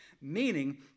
meaning